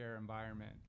environment